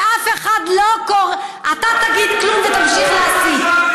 ואף אחד לא קורא, אתה תגיד "כלום" ותמשיך להסית.